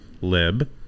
lib